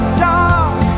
dark